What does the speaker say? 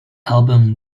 album